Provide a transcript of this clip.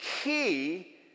key